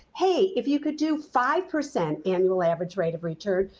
hey, if you could do five percent annual average rate of return,